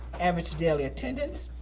average daily attendance,